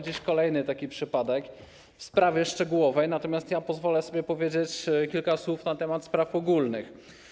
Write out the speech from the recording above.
Dziś kolejny taki przypadek w sprawie szczegółowej, natomiast ja pozwolę sobie powiedzieć kilka słów na temat spraw ogólnych.